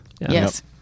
Yes